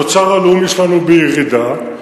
התוצר הלאומי שלנו בירידה,